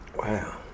Wow